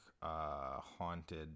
haunted